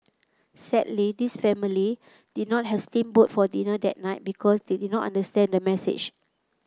sadly this family did not has steam boat for dinner that night because they did not understand the message